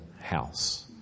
house